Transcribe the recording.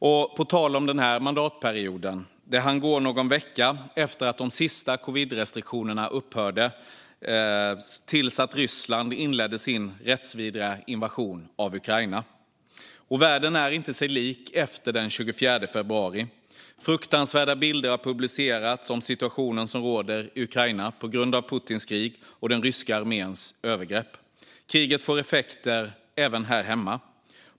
Och på tal om den här mandatperioden: Det hann gå någon vecka efter att de sista covidrestriktionerna upphörde till att Ryssland inledde sin rättsvidriga invasion av Ukraina. Världen är inte sig lik efter den 24 februari. Fruktansvärda bilder har publicerats som visar situationen som råder i Ukraina på grund av Putins krig och den ryska arméns övergrepp. Kriget får effekter även här hemma.